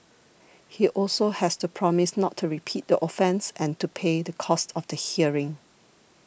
he also has to promise not to repeat the offence and to pay the cost of the hearing